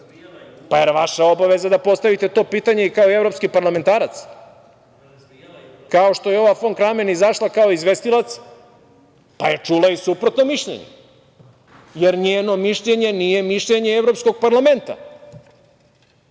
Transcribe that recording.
li je vaša obaveza da postavite to pitanje i kao evropski parlamentarac? Kao što je ova Fon Kramon izašla kao izvestilac, pa je čula i suprotno mišljenje, jer njeno mišljenje nije mišljenje Evropskog parlamenta.